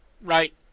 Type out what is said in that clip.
Right